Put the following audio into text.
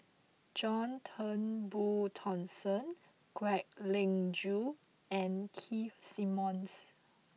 John Turnbull Thomson Kwek Leng Joo and Keith Simmons